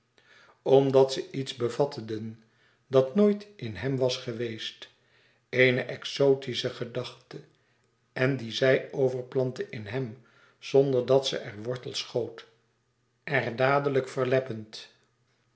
omdat ze iets bevatteden dat nooit in hem was geweest eene exotische gedachte en die zij overplantte in hem zonder dat ze er wortel schoot er dadelijk verleppend